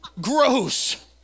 gross